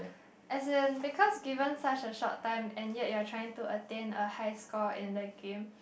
as in because given such a short time and yet you're trying to attain a high score in the game